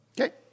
Okay